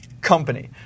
company